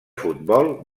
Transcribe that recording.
futbol